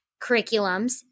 curriculums